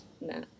no